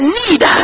need